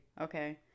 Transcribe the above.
okay